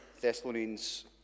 Thessalonians